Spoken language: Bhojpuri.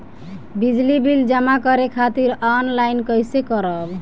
बिजली बिल जमा करे खातिर आनलाइन कइसे करम?